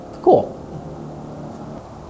Cool